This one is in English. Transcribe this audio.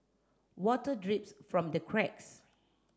water drips from the cracks